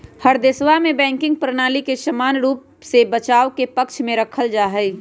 हर देशवा में बैंकिंग प्रणाली के समान रूप से बचाव के पक्ष में रखल जाहई